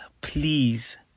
please